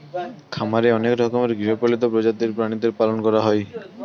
খামারে অনেক রকমের গৃহপালিত প্রজাতির প্রাণীদের পালন করা হয়